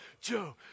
Joe